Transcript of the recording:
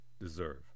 deserve